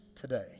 today